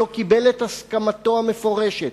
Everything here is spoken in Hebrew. לא קיבל את הסכמתו המפורשת,